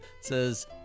says